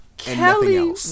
Kelly